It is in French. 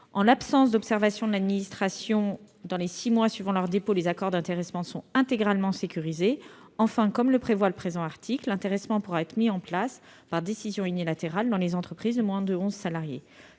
En l'absence d'observation de l'administration, dans les six mois suivant leur dépôt, les accords d'intéressement sont intégralement sécurisés. Enfin, comme le prévoit le présent article, l'intéressement pourra être mis en place par décision unilatérale dans les entreprises de moins de onze salariés.